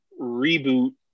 reboot